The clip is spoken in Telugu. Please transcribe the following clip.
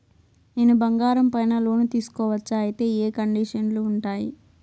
నేను బంగారం పైన లోను తీసుకోవచ్చా? అయితే ఏ కండిషన్లు ఉంటాయి?